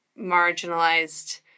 marginalized